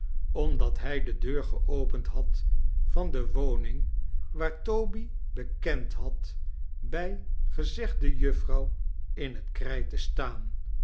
omdat hij de deur geopend had van de woning waar toby bekend had bij gezegde juffrouw in heit krijt te staam